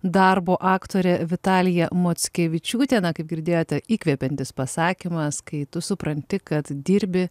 darbu aktorė vitalija mockevičiūtė na kaip girdėjote įkvepiantis pasakymas kai tu supranti kad dirbi